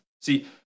See